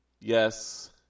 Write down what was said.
yes